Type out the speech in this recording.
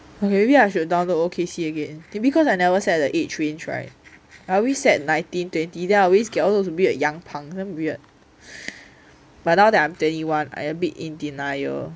okay maybe I should download O_K_C again because I never set the age range [right] I always nineteen twenty then I always get all those weird young punks damn weird but now that I'm twenty one I a bit in denial